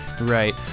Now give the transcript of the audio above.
Right